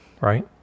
right